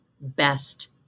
best